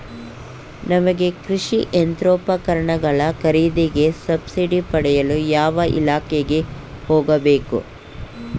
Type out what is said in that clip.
ನಮಗೆ ಕೃಷಿ ಯಂತ್ರೋಪಕರಣಗಳ ಖರೀದಿಗೆ ಸಬ್ಸಿಡಿ ಪಡೆಯಲು ಯಾವ ಇಲಾಖೆಗೆ ಹೋಗಬೇಕು?